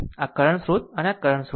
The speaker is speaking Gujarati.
આ કરંટ સ્રોત અને આ કરંટ સ્રોત